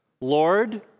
Lord